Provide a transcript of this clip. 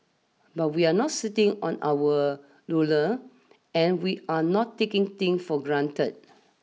but we're not sitting on our laurel and we're not taking things for granted